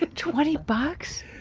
twenty bucks?